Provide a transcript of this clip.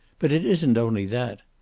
but it isn't only that.